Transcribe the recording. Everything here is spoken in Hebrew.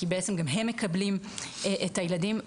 כי בעצם גם הם מקבלים את הילדים.